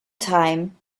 time